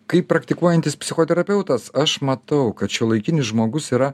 kaip praktikuojantis psichoterapeutas aš matau kad šiuolaikinis žmogus yra